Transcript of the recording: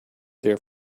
there